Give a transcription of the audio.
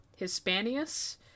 Hispanius